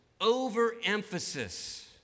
overemphasis